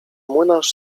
młynarz